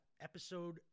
episode